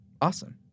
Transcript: Awesome